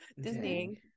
Disney